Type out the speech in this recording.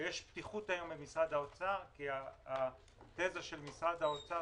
יש פתיחות היום במשרד האוצר כי התיזה של משרד האוצר,